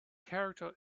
character